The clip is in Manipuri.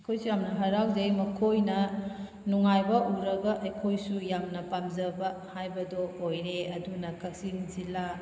ꯃꯈꯣꯏꯁꯨ ꯌꯥꯝꯅ ꯍꯔꯥꯎꯖꯩ ꯃꯈꯣꯏꯅ ꯅꯨꯡꯉꯥꯏꯕ ꯎꯔꯒ ꯑꯩꯈꯣꯏꯁꯨ ꯌꯥꯝꯅ ꯄꯥꯝꯖꯕ ꯍꯥꯏꯕꯗꯨ ꯑꯣꯏꯔꯦ ꯑꯗꯨꯅ ꯀꯛꯆꯤꯡ ꯖꯤꯂꯥ